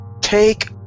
take